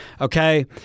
Okay